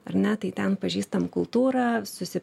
ar ne tai ten pažįstam kultūrą susi